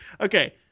Okay